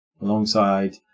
alongside